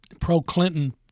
pro-Clinton